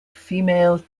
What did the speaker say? female